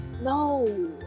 no